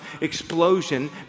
explosion